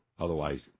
Otherwise